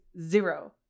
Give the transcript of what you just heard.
zero